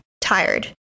Tired